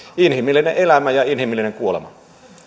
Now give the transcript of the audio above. inhimillinen elämä ja inhimillinen kuolema